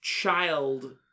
child